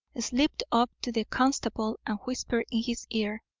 slipped up to the constable and whispered in his ear